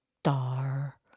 star